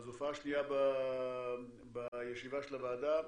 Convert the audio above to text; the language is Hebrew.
זו הופעה שנייה בישיבה של הוועדה,